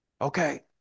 Okay